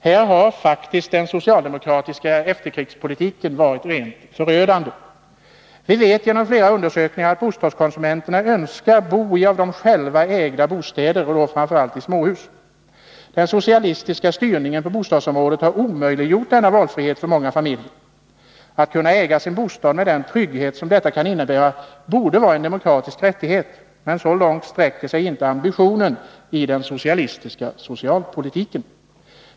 Här har faktiskt den socialdemokratiska efterkrigspolitiken varit rent förödande. Vi vet genom flera undersökningar att bostadskonsumenterna önskar bo i av dem själva ägda bostäder, och då framför allt i småhus. Den socialistiska styrningen på bostadsområdet har omöjliggjort denna valfrihet för många familjer. Att kunna äga sin bostad, med den trygghet som detta kan innebära, borde vara en demokratisk rättighet. Men så långt sträcker sig inte ambitionen i den socialistiska socialpolitiken.